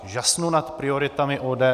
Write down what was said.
Žasnu nad prioritami ODS.